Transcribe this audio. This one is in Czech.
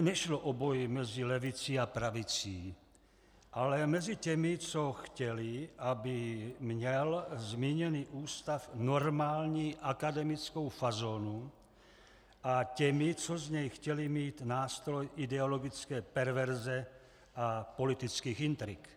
Nešlo o boj mezi levicí a pravicí, ale mezi těmi, co chtěli, aby měl zmíněný ústav normální akademickou fazonu, a těmi, co z něj chtěli mít nástroj ideologické perverze a politických intrik.